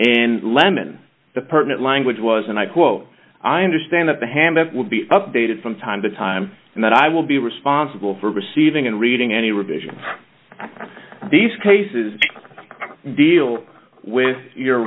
and lemon department language was and i quote i understand that the hand would be updated from time to time and that i will be responsible for receiving and reading any revision of these cases deal with your